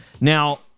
Now